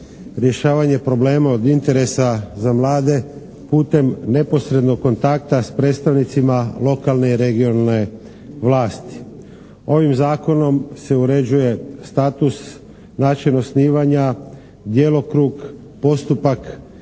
rješavanje problema od interesa za mlade putem neposrednog kontakta s predstavnicima lokalne i regionalne vlasti. Ovim Zakonom se uređuje status, način osnivanja, djelokrug, postupak